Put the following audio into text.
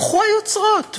התהפכו היוצרות.